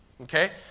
okay